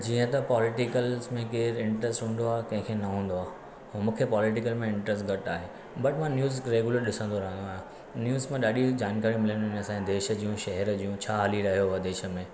जीअं त पोलिटिकल्स में केरु इंट्रस्टे हूंदो आहे कंहिं खे न हूंदो आहे मूंखे पोलिटिकल में इंट्रेस्ट घटि आहे बट मां न्यूज़ रेग्यूलर ॾिसंदो रहंदो आहियां न्यूज़ में ॾाढियूं जानकारियूं मिलंदियूं आहिनि असांजे देश जूं शहर जूं छा हली रहियो आहे देश में